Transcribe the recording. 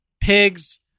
Pigs